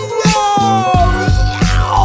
yo